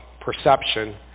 perception